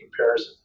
comparison